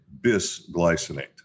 bisglycinate